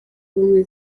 ubumwe